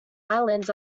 islands